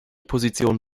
position